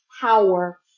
power